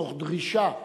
תוך דרישה ומעקב,